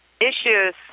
issues